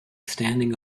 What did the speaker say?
standing